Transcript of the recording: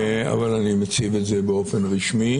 אבל אני מציב את זה באופן רשמי